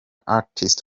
artist